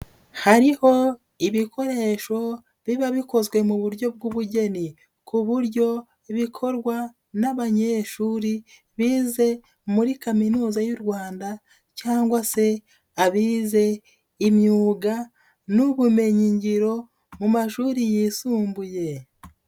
Hariho ibikoresho biba bikozwe mu buryo bw'ubugeni ku buryo bikorwa n'abanyeshuri bize muri kaminuza y'u Rwanda cyangwa se abize imyuga n'ubumenyingiro mu mashuri yisumbuye.